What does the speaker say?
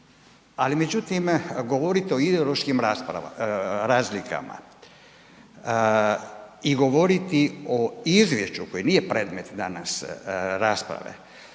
ali međutim, govoriti o ideološkim razlikama i govoriti o izvješću koje nije predmet danas rasprave